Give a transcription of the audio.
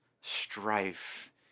strife